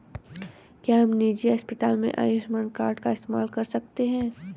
क्या हम निजी अस्पताल में आयुष्मान कार्ड का इस्तेमाल कर सकते हैं?